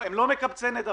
הם לא מקבצי נדבות.